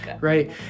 right